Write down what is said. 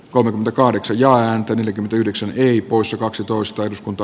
kolmekymmentäkahdeksan jaa ääntä neljäkymmentäyhdeksän ei poissa kaksitoista eduskunta